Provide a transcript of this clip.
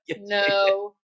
no